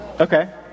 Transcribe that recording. Okay